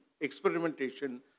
experimentation